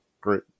great